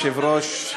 אדוני היושב-ראש,